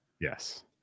Yes